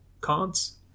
cards